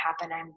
happen